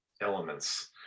elements